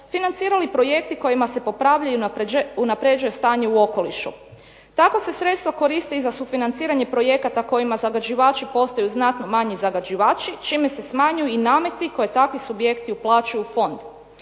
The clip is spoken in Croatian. financirali projekti kojima se popravljaju i unapređuje stanje u okolišu. Takva se sredstva koriste i za sufinanciranje projekata kojima zagađivači postaju znatno manji zagađivači čime se smanjuju i nameti koje takvi subjekti uplaćuju u fond.